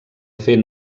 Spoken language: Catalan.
fer